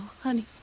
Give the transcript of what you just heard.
honey